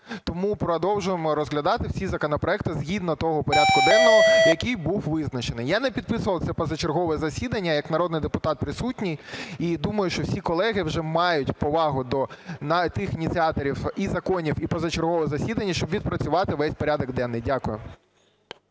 тому продовжуємо розглядати всі законопроекти згідно того порядку денного, який був визначений. Я не підписував це позачергове засідання, як народний депутат присутній, і, думаю, що всі колеги вже мають повагу до тих ініціаторів і законів, і позачергового засідання, щоб відпрацювати весь порядок денний. Дякую.